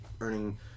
earning